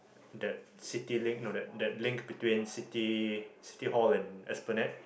that Citylink no that link between city City-Hall and Esplanade